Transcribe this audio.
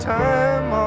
time